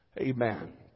Amen